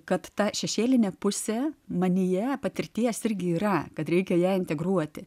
kad tą šešėlinė pusė manyje patirties irgi yra kad reikia ją integruoti